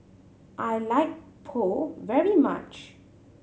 I like Pho very much